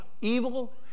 evil